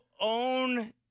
own